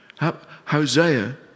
Hosea